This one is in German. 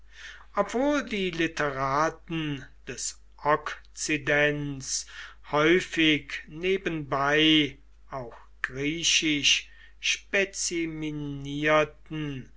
obwohl die literaten des okzidents häufig nebenbei auch griechisch